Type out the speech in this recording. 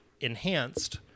enhanced